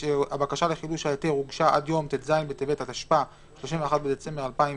הבקשה לחידוש ההיתר הוגשה עד יום ט"ז בטבת התשפ"א (31 בדצמבר 2020)